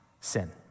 sin